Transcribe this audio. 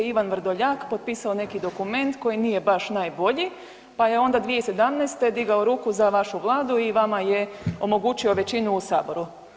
Ivan Vrdoljak potpisao neki dokument koji nije baš najbolji pa je onda 2017. digao ruku za vašu Vladu i vama je omogućio većinu u Saboru.